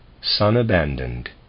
sun-abandoned